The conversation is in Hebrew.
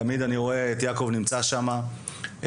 תמיד אני רואה את יעקב נמצא שם מוביל